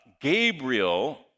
Gabriel